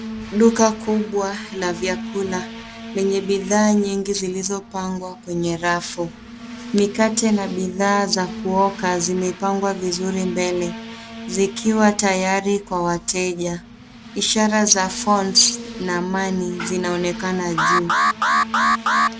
Duka kubwa la vyakula lenye bidhaa nyinigi zilizopangwa kwenye rafu. Mikate na bidhaa za kuoka zimepangwa vizuri mbele zikiwa tayari kwa wateja. Ishara za phones na money zinaonekana juu.